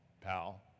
pal